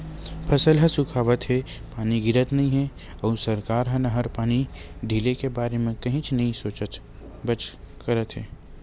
फसल ह सुखावत हे, पानी गिरत नइ हे अउ सरकार ह नहर पानी ढिले के बारे म कहीच नइ सोचबच करत हे